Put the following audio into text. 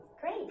Great